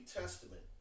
Testament